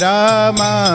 Rama